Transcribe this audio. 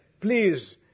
please